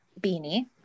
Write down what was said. beanie